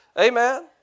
Amen